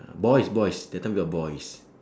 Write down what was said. ya boys boys that time we're boys